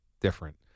different